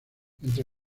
entre